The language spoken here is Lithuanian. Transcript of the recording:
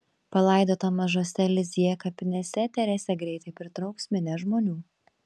palaidota mažose lizjė kapinėse teresė greitai pritrauks minias žmonių